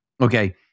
okay